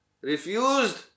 refused